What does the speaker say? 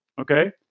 okay